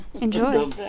Enjoy